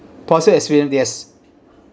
positive experience yes